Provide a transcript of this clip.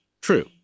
true